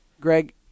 Greg